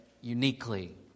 uniquely